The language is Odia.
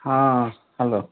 ହଁ ହ୍ୟାଲୋ